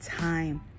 time